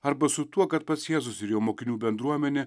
arba su tuo kad pats jėzus ir jo mokinių bendruomenė